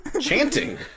chanting